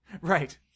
Right